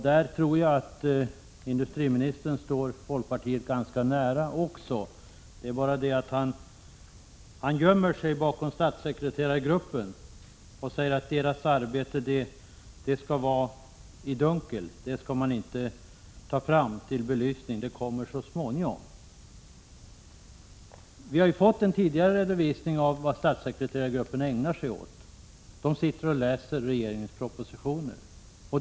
Här tror jag att industriministern står folkpartiet ganska nära, men han gömmer sig bakom statssekreterargruppen och säger att dess arbete skall hållas i dunkel och inte tas fram till belysning, och han säger att resultatet kommer så småningom. Vi har tidigare fått en redovisning av vad statssekreterargruppen ägnar sig åt: man sitter och läser regeringens propositioner.